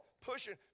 pushing